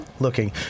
Looking